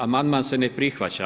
Amandman se ne prihvaća.